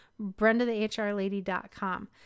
BrendaTheHRLady.com